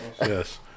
Yes